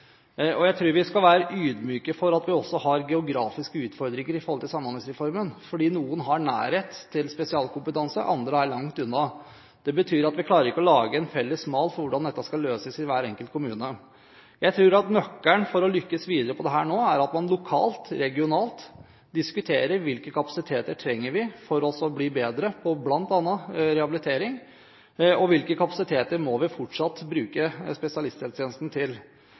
Jeg tror vi skal være ydmyke for at vi også har geografiske utfordringer knyttet til Samhandlingsreformen, for noen har nærhet til spesialkompetanse, andre er langt unna. Det betyr at vi ikke klarer å lage en felles mal for hvordan dette skal løses i hver enkelt kommune. Jeg tror at nøkkelen for å lykkes videre med dette er at man lokalt og regionalt diskuterer hvilke kapasiteter vi trenger for å bli bedre på bl.a. rehabilitering, og hvilke kapasiteter må vi fortsatt bruke spesialisthelsetjenesten til.